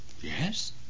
Yes